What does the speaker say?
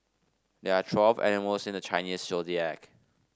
there are twelve animals in the Chinese Zodiac